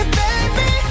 baby